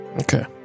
Okay